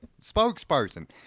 spokesperson